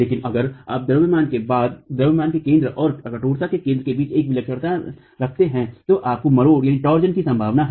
लेकिन अगर आप द्रव्यमान के केंद्र और कठोरता के केंद्र के बीच एक विलक्षणता रखते हैं तो आपको मरोड़ की संभावना है